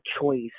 choice